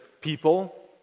people